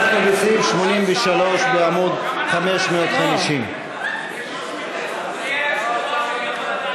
אנחנו בסעיף 83 בעמוד 550. אדוני היושב-ראש,